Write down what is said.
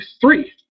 three